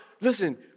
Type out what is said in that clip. listen